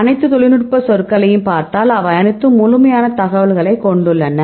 அனைத்து தொழில்நுட்ப சொற்களையும் பார்த்தால் அவை அனைத்தும் முழுமையான தகவலைக் கொண்டுள்ளன